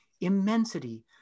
immensity